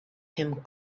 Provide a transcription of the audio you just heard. him